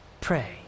Pray